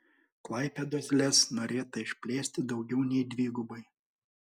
klaipėdos lez norėta išplėsti daugiau nei dvigubai